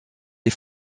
les